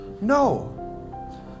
No